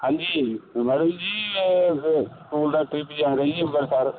ਹਾਂਜੀ ਮੈਡਮ ਜੀ ਅ ਸਕੂਲ ਦਾ ਟਰਿੱਪ ਜਾ ਰਿਹਾ ਜੀ ਅੰਮ੍ਰਿਤਸਰ